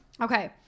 Okay